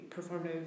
performative